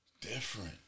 Different